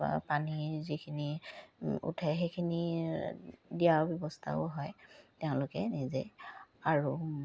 বা পানী যিখিনি উঠে সেইখিনি দিয়াৰ ব্যৱস্থাও হয় তেওঁলোকে নিজে আৰু